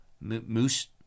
moose